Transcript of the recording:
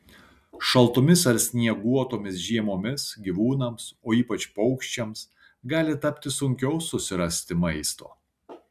šaltomis ar snieguotomis žiemomis gyvūnams o ypač paukščiams gali tapti sunkiau susirasti maisto